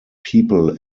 people